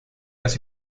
las